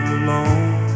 alone